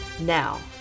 Now